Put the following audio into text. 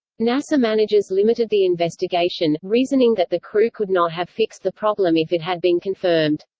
nasa managers limited the investigation, reasoning that the crew could not have fixed the problem if it had been confirmed.